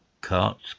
Carts